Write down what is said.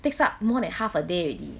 takes up more than half a day already